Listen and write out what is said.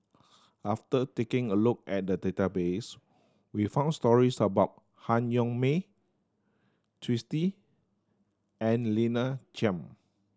after taking a look at the database we found stories about Han Yong May Twisstii and Lina Chiam